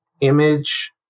image